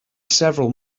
several